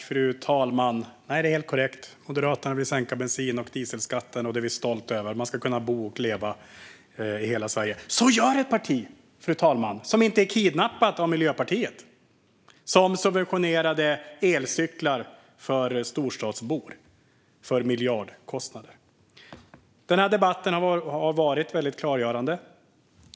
Fru talman! Det är helt korrekt att Moderaterna vill sänka bensin och dieselskatten, och det är vi stolta över. Man ska kunna bo och leva i hela Sverige. Så gör ett parti som inte är kidnappat av Miljöpartiet, som har subventionerat elcyklar för storstadsbor för miljardkostnader. Den här debatten har varit klargörande.